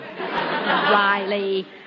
Riley